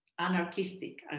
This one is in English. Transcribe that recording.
anarchistic